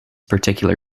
particular